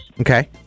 Okay